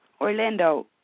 Orlando